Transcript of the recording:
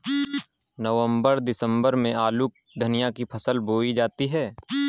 नवम्बर दिसम्बर में आलू धनिया की फसल बोई जाती है?